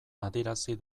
adierazi